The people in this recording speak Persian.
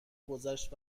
گذشت